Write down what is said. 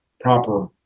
proper